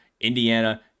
Indiana